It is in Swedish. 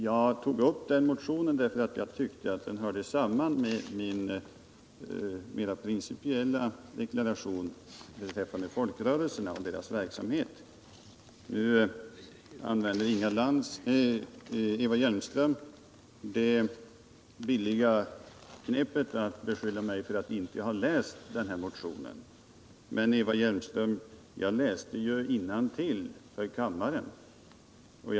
Jag tog upp motionen 1132 därför att jag tyckte att den hade samband med min mera principiella deklaration beträffande folkrörelserna och deras verksamhet. Eva Hjelmström använde det billiga knepet att beskylla mig för att inte ha läst motionen. Men, Eva Hjelmström, jag läste ju innantill för kammaren ur motionen.